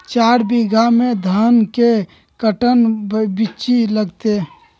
चार बीघा में धन के कर्टन बिच्ची लगतै?